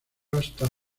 hasta